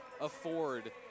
afford